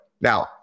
Now